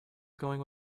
going